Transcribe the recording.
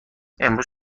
امروز